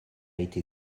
été